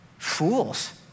Fools